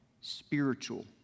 spiritual